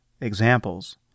examples